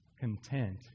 content